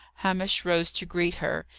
hamish rose to greet her.